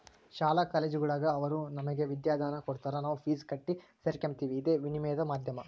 ಶಾಲಾ ಕಾಲೇಜುಗುಳಾಗ ಅವರು ನಮಗೆ ವಿದ್ಯಾದಾನ ಕೊಡತಾರ ನಾವು ಫೀಸ್ ಕಟ್ಟಿ ಸೇರಕಂಬ್ತೀವಿ ಇದೇ ವಿನಿಮಯದ ಮಾಧ್ಯಮ